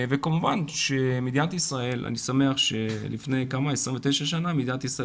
אני שמח שלפני 29 שנים מדינת ישראל